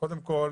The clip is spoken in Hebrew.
קודם כול,